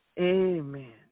Amen